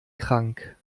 krank